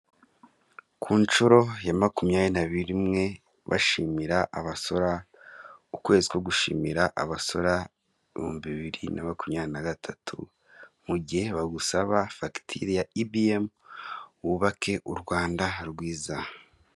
Ku nshuro ya makumyabiri na rimwe bashimira abasora, ukwezi ko gushimira abasora ibihumbi bibiri na makumyabiri na gatatu; mu gihe bagusaba fagitire ya EBM, wubake u Rwanda rwiza.